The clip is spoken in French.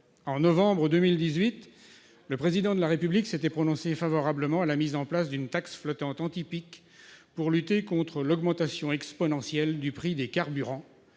En novembre 2018, le Président de la République s'était prononcé favorablement pour la mise en place d'une taxe flottante « anti-pic » pour lutter contre l'augmentation exponentielle du prix des carburants.